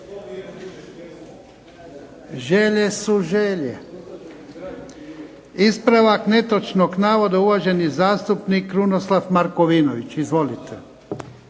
Želje su želje. Ispravak netočnog navoda, uvaženi zastupnik Krunoslav Markovinović. Izvolite.